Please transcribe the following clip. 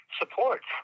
support